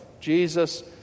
Jesus